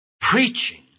preaching